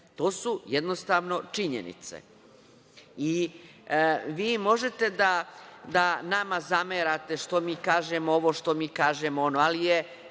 To su jednostavno činjenice. Vi možete da nama zamerate što mi kažemo ovo, što mi kažemo ono, ali je